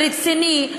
רציני,